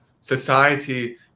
society